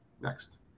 next